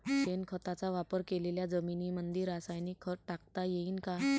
शेणखताचा वापर केलेल्या जमीनीमंदी रासायनिक खत टाकता येईन का?